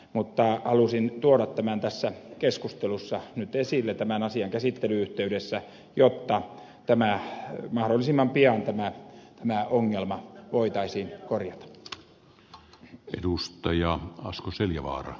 mutta halusin tuoda tämän tässä keskustelussa nyt esille tämän asian käsittelyn yhteydessä jotta mahdollisimman pian tämä ongelma voitaisiin korjata